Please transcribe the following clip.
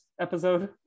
episode